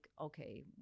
okay